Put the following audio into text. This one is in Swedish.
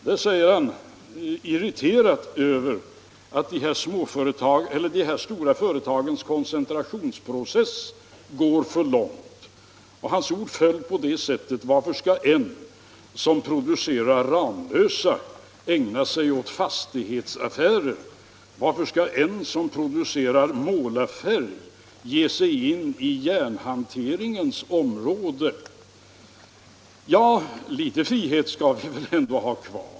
Då var han irriterad över att de stora företagens koncentrationsprocess går för långt, och hans ord föll så här: Varför skall en som producerar Ramlösa ägna sig åt fastighetsaffärer? Varför skall en som producerar målarfärg ge sig in på järnhanteringens område? Ja, litet frihet skall vi väl ändå ha kvar.